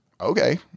okay